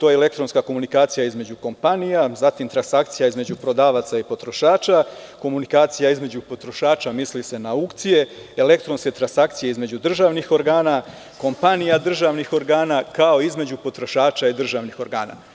to je elektronska komunikacija između kompanija, zatim transakcija između prodavaca i potrošača, komunikacija između potrošača, misli se na aukcije, elektronske transakcija između državnih organa, kompanija državnih organa, kao i između potrošača i državnih organa.